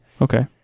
Okay